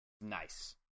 Nice